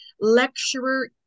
lecturer